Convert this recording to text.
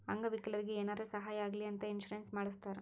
ಅಂಗ ವಿಕಲರಿಗಿ ಏನಾರೇ ಸಾಹಾಯ ಆಗ್ಲಿ ಅಂತ ಇನ್ಸೂರೆನ್ಸ್ ಮಾಡಸ್ತಾರ್